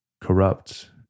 corrupt